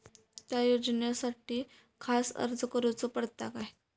त्या योजनासाठी खास अर्ज करूचो पडता काय?